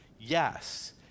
yes